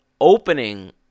opening